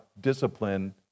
discipline